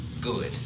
good